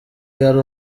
yari